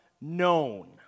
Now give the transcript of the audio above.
known